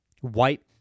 white